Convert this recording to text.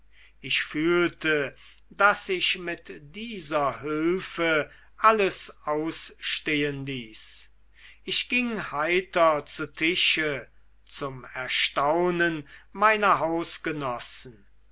ich fühlte daß sich mit dieser hülfe alles ausstehn ließ ich ging heiter zu tische zum erstaunen meiner hausgenossen